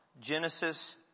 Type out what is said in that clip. Genesis